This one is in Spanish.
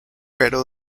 pero